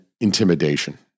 intimidation